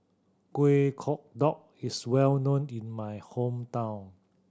Kueh Kodok is well known in my hometown